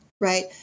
right